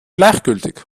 gleichgültig